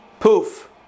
Poof